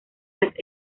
las